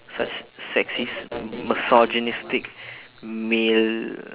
such sexist misogynistic male